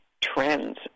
trends